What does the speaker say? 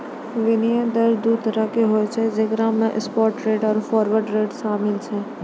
विनिमय दर दु तरहो के होय छै जेकरा मे स्पाट रेट आरु फारवर्ड रेट शामिल छै